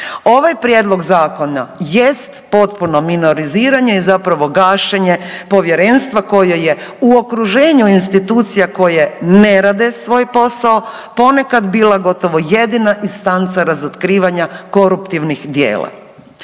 Ovaj Prijedlog zakona jest potpuno minoriziranje i zapravo gašenje Povjerenstva koje je u okruženju institucija koje ne rade svoj posao ponekad bila gotovo jedina instanca razotkrivanja koruptivnih djela.